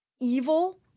evil